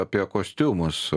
apie kostiumus